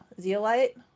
Zeolite